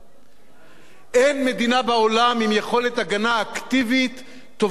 אין מדינה בעולם עם יכולת הגנה אקטיבית טובה כמו שיש למדינת ישראל.